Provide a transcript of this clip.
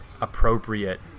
appropriate